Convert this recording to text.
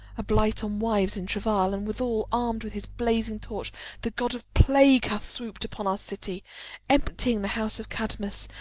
a blight on wives in travail and withal armed with his blazing torch the god of plague hath swooped upon our city emptying the house of cadmus,